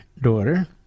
daughter